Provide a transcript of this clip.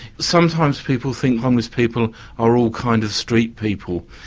sometimes people think homeless people are all kind of street people.